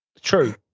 True